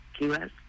QS